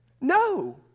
No